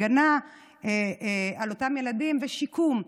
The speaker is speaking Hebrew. הגנה על אותם ילדים ושיקום.